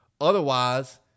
Otherwise